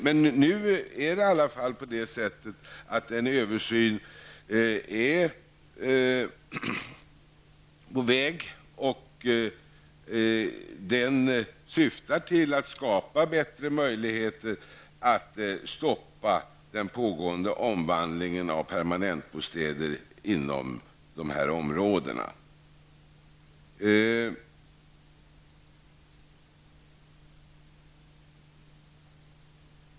Men nu är i alla fall en översyn på väg, och den syftar till att skapa bättre möjligheter att stoppa den pågående omvandlingen av permanentbostäder inom dessa områden.